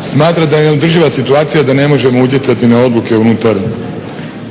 smatra da je neodrživa situacija da ne možemo utjecati na odluke